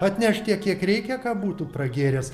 atneš tiek kiek reikia ką būtų pragėręs